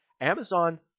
Amazon